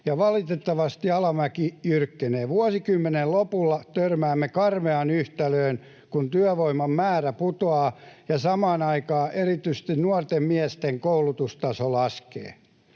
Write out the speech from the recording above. valitettavasti alamäki jyrkkenee. Vuosikymmenen lopulla törmäämme karmeaan yhtälöön, kun työvoiman määrä putoaa ja samaan aikaan erityisesti nuorten miesten koulutustaso laskee.